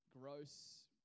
gross